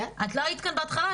את לא היית כאן בהתחלה,